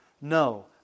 No